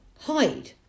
hide